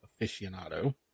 aficionado